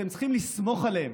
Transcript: אתם צריכים לסמוך עליהם,